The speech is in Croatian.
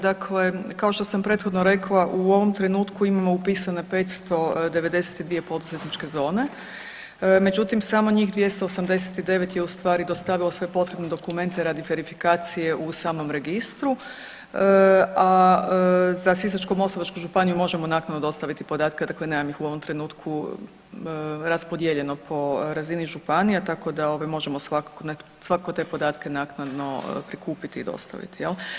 Dakle, kao što sam prethodno rekla u ovom trenutku imamo upisane 592 poduzetničke zone, međutim samo njih 289 je ustvari dostavilo sve potrebne dokumente radi verifikacije u samom registru, a za Sisačko-moslavačku županiju možemo naknadno dostaviti podatke, dakle nemam ih u ovom trenutku raspodijeljeno po razini županija tako da možemo svakako te podatke naknadno prikupiti i dostaviti.